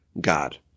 God